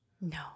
No